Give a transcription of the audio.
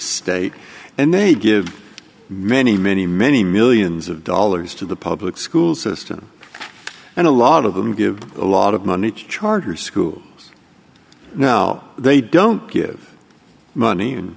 state and they give many many many millions of dollars to the public school system and a lot of them give a lot of money charter schools now they don't give money